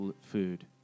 food